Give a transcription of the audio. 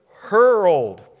hurled